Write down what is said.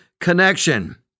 connection